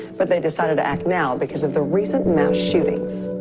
but they decided to act now because of the recent mass shootings